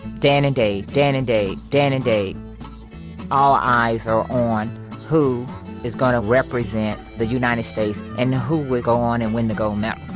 dan and dan and dave, dan and dave. all eyes are on who is going to represent the united states and who would go on and win the gold medal